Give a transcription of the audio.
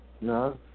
No